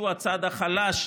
שהוא הצד החלש,